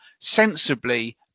sensibly